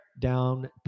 down